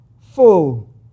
full